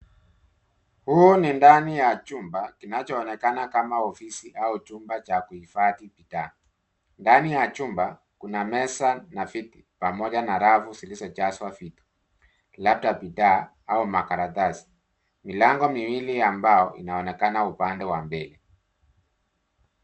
Huu ni ndani ya chumba kinacho onekana kama ofisi au chumba cha kuifadhi bidhaa. Ndani ya chumba kuna meza na viti, pamoja na rafu zilizojazwa vitu labda bidhaa au makaratasi. Milango miwili ya mbao inaonekana upande wa mbele.